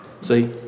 See